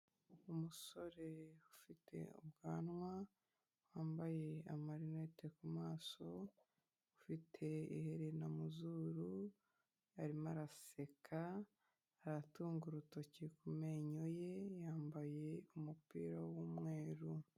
Umusore ufite ubwanwa, wambaye amarinete ku maso, ufite iherena mu zuru, arimo araseka, aratunga urutoki ku menyo ye, yambaye umupira w'umweru.